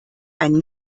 ein